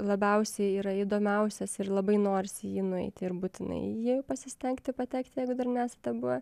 labiausiai yra įdomiausias ir labai norisi į jį nueiti ir būtinai į jį pasistengti patekti jeigu dar nesate buvę